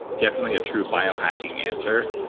definitely a true bio-hacking answer.